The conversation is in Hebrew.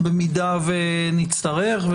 במידה שנצטרך.